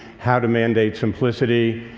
how to mandate simplicity.